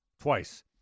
twice